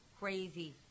crazy